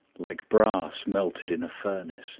like brass melted in a furnace